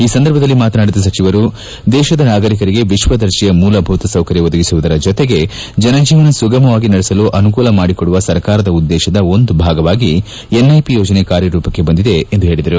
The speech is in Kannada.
ಈ ಸಂದರ್ಭದಲ್ಲಿ ಮಾತನಾಡಿದ ಸಚಿವರು ದೇಶದ ನಾಗರಿಕರಿಗೆ ವಿಶ್ವದರ್ಜೆಯು ಮೂಲಭೂತ ಸೌಕರ್ಯ ಒದಗಿಸುವುದರ ಜೊತೆಗೆ ಜನಜೀವನ ಸುಗಮವಾಗಿ ನಡೆಯಲು ಅನುಕೂಲ ಮಾಡಿಕೊಡುವ ಸರ್ಕಾರದ ಉದ್ದೇಶದ ಒಂದು ಭಾಗವಾಗಿ ಎನ್ಐಪಿ ಯೋಜನೆ ಕಾರ್ಯರೂಪಕ್ಷೆ ಬಂದಿದೆ ಎಂದು ಹೇಳಿದರು